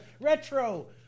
Retro